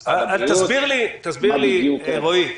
-- רועי,